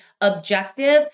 objective